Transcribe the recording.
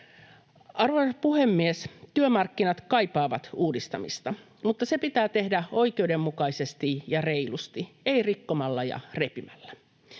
Arvoisa puhemies! Työmarkkinat kaipaavat uudistamista, mutta se pitää tehdä oikeudenmukaisesti ja reilusti, ei rikkomalla ja repimällä.